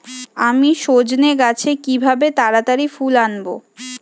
আমি সজনে গাছে কিভাবে তাড়াতাড়ি ফুল আনব?